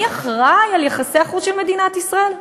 מי אחראי ליחסי החוץ של מדינת ישראל?